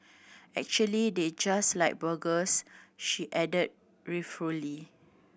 actually they just like burgers she add ruefully